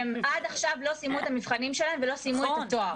הם עד עכשיו לא סיימו את המבחנים שלהם ולא סיימו את התואר.